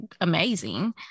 amazing